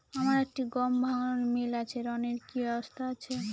আমার একটি গম ভাঙানোর মিল আছে ঋণের কি ব্যবস্থা আছে?